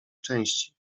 części